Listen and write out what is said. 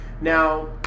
Now